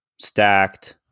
stacked